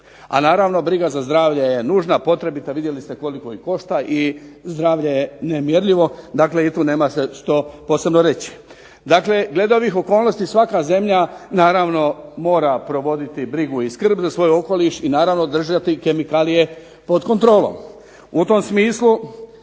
a naravno briga za zdravlje je nužna, potrebita. Vidjeli ste koliko i košta i zdravlje je nemjerljivo. Dakle, i tu nema se što posebno reći. Dakle, glede ovih okolnosti svaka zemlja naravno mora provoditi brigu i skrb za svoj okoliš i naravno držati kemikalije pod kontrolom.